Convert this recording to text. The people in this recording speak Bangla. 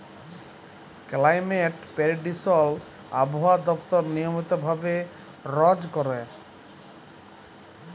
কেলাইমেট পেরিডিকশল আবহাওয়া দপ্তর নিয়মিত ভাবে রজ ক্যরে